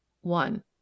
one